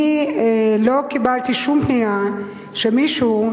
אני לא קיבלתי שום פנייה שמישהו,